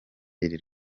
iri